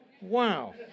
Wow